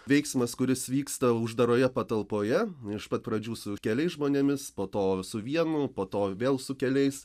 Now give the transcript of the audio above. veiksmas kuris vyksta uždaroje patalpoje iš pat pradžių su keliais žmonėmis po to su vienu po to vėl su keliais